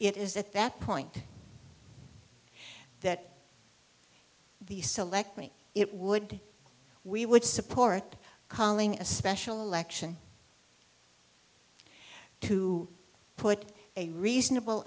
it is at that point that the selecting it would we would support calling a special election to put a reasonable